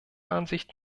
ansicht